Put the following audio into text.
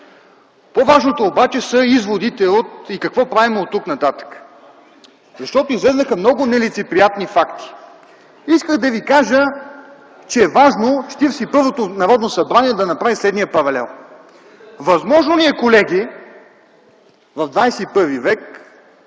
По-важното обаче са изводите и какво правим оттук нататък, защото излязоха много нелицеприятни факти. Исках да Ви кажа, че е важно 41-то Народно събрание да направи следния паралел. Възможно ли е, колеги, в ХХІ век